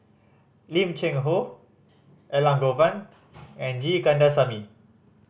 Lim Cheng Hoe Elangovan and G Kandasamy